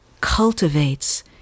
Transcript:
cultivates